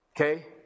Okay